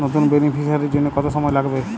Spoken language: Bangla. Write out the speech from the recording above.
নতুন বেনিফিসিয়ারি জন্য কত সময় লাগবে?